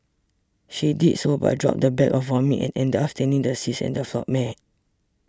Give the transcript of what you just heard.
she did so but dropped the bag of vomit and ended up staining the seats and the floor mat